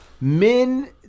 Men